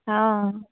हँ